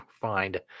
find